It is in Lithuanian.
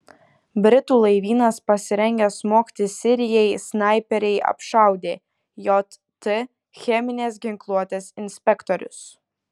britų laivynas pasirengęs smogti sirijai snaiperiai apšaudė jt cheminės ginkluotės inspektorius